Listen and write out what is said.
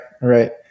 Right